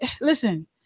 listen